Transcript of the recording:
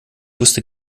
wusste